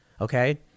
Okay